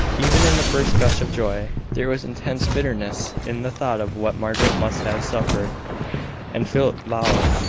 even in the first gush of joy, there was intense bitterness in the thought of what margaret must have suffered and philip vowed,